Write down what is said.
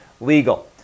legal